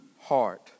heart